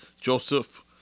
Joseph